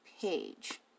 page